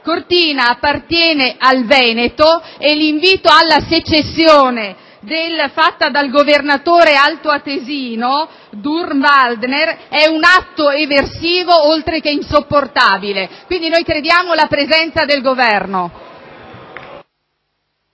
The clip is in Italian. Cortina appartiene al Veneto e l'invito alla secessione fatto dal governatore altoatesino Durnwalder è un atto eversivo, oltre che insopportabile. Chiediamo quindi la presenza del Governo